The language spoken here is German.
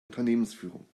unternehmensführung